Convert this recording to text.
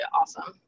awesome